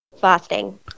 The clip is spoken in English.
Fasting